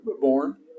born